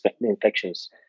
infections